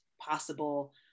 possible